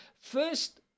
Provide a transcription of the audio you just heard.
first